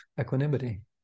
equanimity